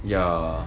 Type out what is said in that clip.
ya